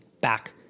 back